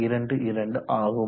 22 ஆகும்